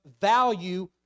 value